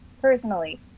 personally